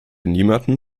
niemandem